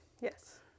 Yes